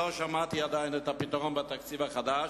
ולא שמעתי עדיין את הפתרון בתקציב החדש,